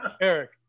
Eric